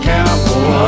Cowboy